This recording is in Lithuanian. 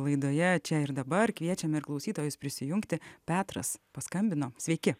laidoje čia ir dabar kviečiame ir klausytojus prisijungti petras paskambino sveiki